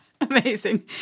Amazing